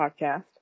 podcast